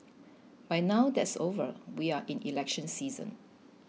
but now that's over we are in election season